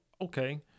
okay